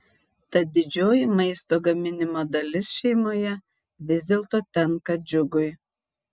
tad didžioji maisto gaminimo dalis šeimoje vis dėlto tenka džiugui